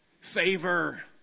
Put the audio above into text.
favor